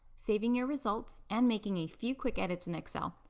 saving your results, and making a few quick edits in excel.